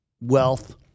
wealth